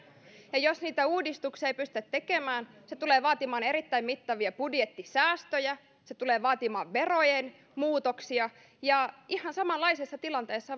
ja ja jos niitä uudistuksia ei pystytä tekemään se tulee vaatimaan erittäin mittavia budjettisäästöjä se tulee vaatimaan verojen muutoksia ihan samanlaisessa tilanteessa